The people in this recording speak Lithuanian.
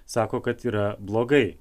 sako kad yra blogai